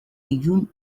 ilun